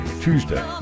Tuesday